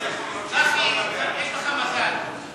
צחי, יש לך מזל.